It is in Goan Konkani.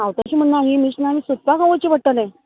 हांव तशें म्हणना हीं मशीनां बीन सोदपाक खंय वयचें पडटलें